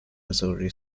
missouri